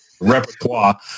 repertoire